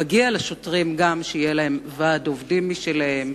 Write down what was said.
מגיע לשוטרים גם שיהיה להם ועד עובדים משלהם,